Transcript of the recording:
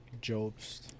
jobs